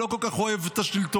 שלא כל כך אוהב את השלטון,